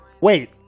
wait